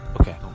Okay